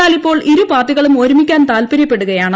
എന്നാൽ ഇപ്പോൾ ഇരു പാർട്ടികളും ഒരുമിക്കാൻ താല്പര്യപ്പെടുകയാണ്